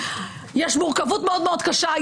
יש מורכבות מאוד מאוד קשה,